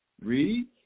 Read